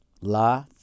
La